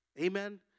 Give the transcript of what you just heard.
Amen